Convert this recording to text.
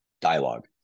dialogue